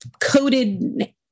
coated